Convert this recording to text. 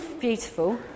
Beautiful